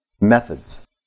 methods